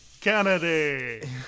Kennedy